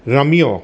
રમ્યો